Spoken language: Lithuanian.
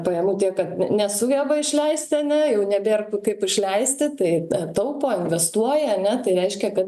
pajamų tiek kad nesugeba išleisti ane jau nebėr kaip išleisti tai taupo investuoja ane tai reiškia kad